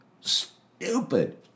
stupid